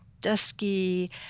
dusky